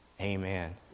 Amen